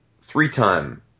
three-time